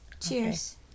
Cheers